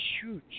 huge